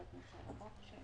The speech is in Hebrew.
הוחלט על ידי ראש אכ"א היוצא,